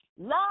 Love